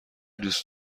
دوست